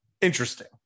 interesting